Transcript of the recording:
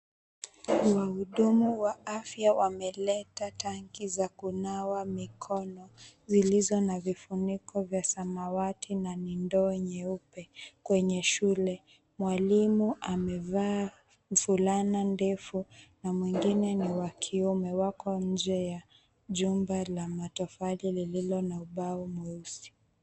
Wahudumu wa afya wameleta tanki za kunawa mikono zilizo na vifuniko vya samawati na ni ndoo nyeupe kwenye shule. Mwalimu amevaa fulana ndefu na mwingine ni wa kiume wako nje ya jumba la matofali lililo na ubao mweusi.